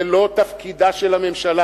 זה לא תפקידה של הממשלה,